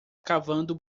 cavando